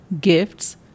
gifts